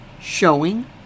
showing